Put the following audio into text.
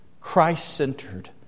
Christ-centered